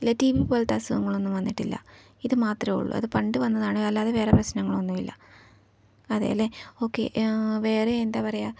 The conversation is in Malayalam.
ഇല്ല ടി ബി പോലത്തെ അസുഖങ്ങളൊന്നും വന്നിട്ടില്ല ഇതു മാത്രമേ ഉള്ളൂ അതു പണ്ടു വന്നതാണ് അല്ലാതെ വേറെ പ്രശ്നങ്ങളൊന്നും ഇല്ല അതെ അല്ലേ ഓക്കെ വേറെ എന്താണു പറയുക